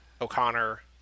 O'Connor